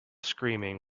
screaming